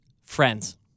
friends